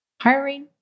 Hiring